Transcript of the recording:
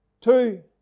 Two